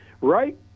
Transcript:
Right